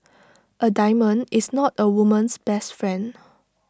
A diamond is not A woman's best friend